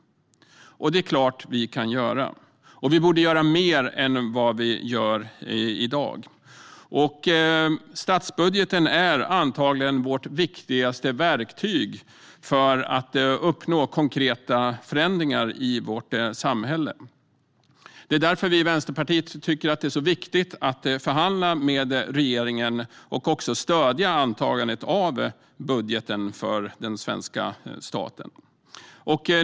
Det är klart att vi kan göra det. Vi borde göra mer än vad vi gör i dag. Statsbudgeten är antagligen vårt viktigaste verktyg för att uppnå konkreta förändringar i vårt samhälle. Det är därför vi i Vänsterpartiet tycker att det är viktigt att förhandla med regeringen och även stödja antagandet av budgeten för den svenska staten.